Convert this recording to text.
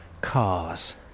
cars